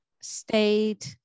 stayed